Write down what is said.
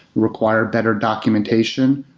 require better documentation,